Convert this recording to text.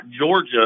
Georgia